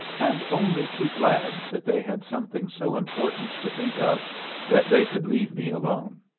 and only too glad that they had something so important to think of that they could leave me alone.